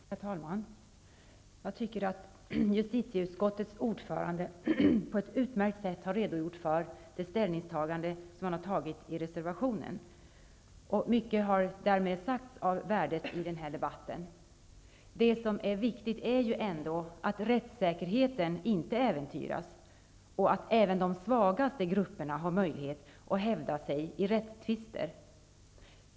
Herr talman! Jag tycker att justitieutskottets ordförande på ett utmärkt sätt har redogjort för det ställningstagande som gjorts i reservationen. Mycket av värde har därmed sagts i den här debatten. Det som är viktigt är ju ändå att rättssäkerheten inte äventyras och att även de svagaste grupperna har möjlighet att hävda sig i rättstvister.